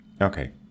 Okay